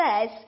says